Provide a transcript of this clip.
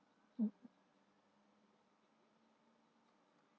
mm